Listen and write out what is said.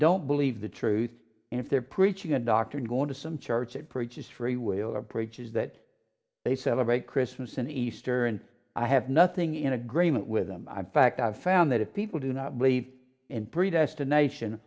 don't believe the truth and if they're preaching a doctrine going to some church it preaches free will or preaches that they celebrate christmas and easter and i have nothing in agreement with them i fact i've found that if people do not believe in predestination